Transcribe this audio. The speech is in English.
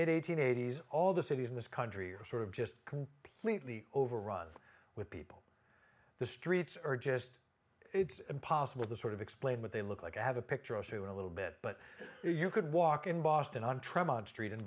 mid eighty's all the cities in this country are sort of just completely overrun with people the streets are just it's impossible to sort of explain what they look like i have a picture of two in a little bit but you could walk in boston on tremont street in